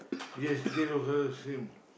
yes stay over same